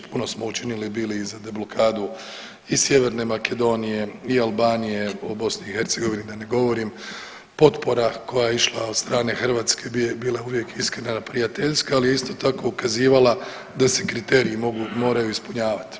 Puno smo učinili bili i za deblokadu i Sjeverne Makedonije i Albanije, o BiH da ne govorim, potpora koja je išla od strane Hrvatske bila je uvijek iskrena i prijateljska, ali je isto tako ukazivala da se kriteriji mogu i moraju ispunjavat.